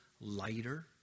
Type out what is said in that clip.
lighter